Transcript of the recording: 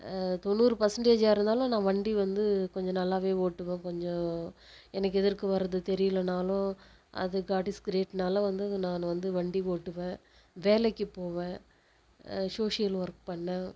தொண்ணூறு பர்சென்ட்டேஜ்ஜாக இருந்தாலும் நான் வண்டி வந்து கொஞ்சம் நல்லாவே ஓட்டுவேன் கொஞ்சம் எனக்கு எதிர்க்க வர்றது தெரியலைனாலும் அது காட் இஸ் கிரேட்னால் வந்து நான் வந்து வண்டி ஓட்டுவேன் வேலைக்கு போவேன் சோஷியல் ஒர்க் பண்ணிணேன்